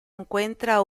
encuentra